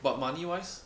but money wise